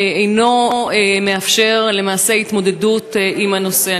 אינו מאפשר למעשה התמודדות עם הנושא.